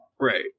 Right